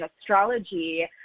astrology